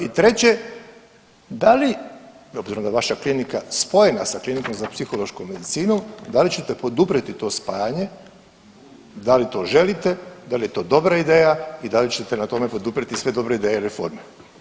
I treće, da li obzirom da je vaša klinika spojena sa Klinikom za psihološku medicinu, da li ćete poduprijeti to spajanje, da li to želite, da li je to dobra ideja i da li ćete na tome poduprijeti sve dobre ideje i reforme?